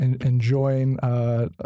enjoying